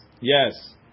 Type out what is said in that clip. Yes